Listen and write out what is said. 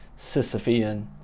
Sisyphean